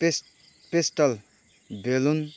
paste pastel balloon